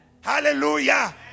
Hallelujah